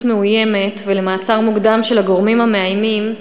מאוימת ולמעצר מוקדם של הגורמים המאיימים,